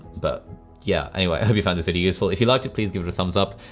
but yeah. anyway, i hope you found this video useful. if you liked it, please give it a thumbs up.